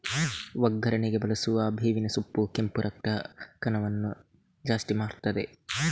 ಒಗ್ಗರಣೆಗೆ ಬಳಸುವ ಬೇವಿನ ಸೊಪ್ಪು ಕೆಂಪು ರಕ್ತ ಕಣವನ್ನ ಜಾಸ್ತಿ ಮಾಡ್ತದೆ